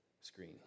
screen